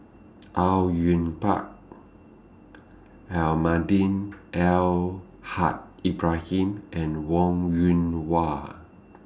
Au Yue Pak Almahdi Al Haj Ibrahim and Wong Yoon Wah